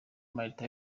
martin